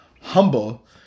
Humble